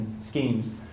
schemes